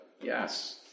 yes